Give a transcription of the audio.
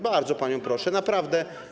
Bardzo panią proszę, naprawdę.